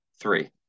Three